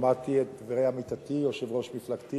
שמעתי את דברי עמיתתי יושבת-ראש מפלגתי